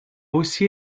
aussi